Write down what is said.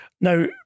Now